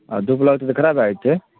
आ धूप लगतै तऽ खराब भए जाइ छै